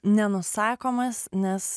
nenusakomas nes